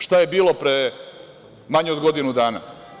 Šta je bilo pre manje od godinu dana?